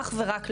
אך ורק לעובדות.